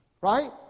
Right